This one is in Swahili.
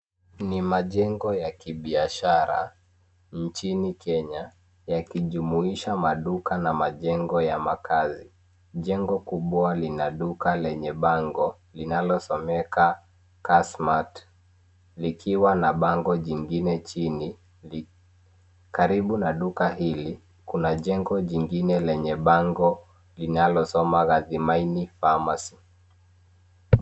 Ni majengo ya kibiashara nchini Kenya yakijumuisha maduka na majengo ya makazi. Jengo kubwa lina duka lenye bango linalosomeka kaa smart likiwa na bango jingine chini. Karibu na duka hili kuna jengo jingine lenye bango linalosoma gathimaini pharmacy